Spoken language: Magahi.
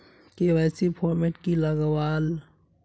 के.वाई.सी फॉर्मेट की लगावल?